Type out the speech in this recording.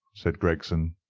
said gregson.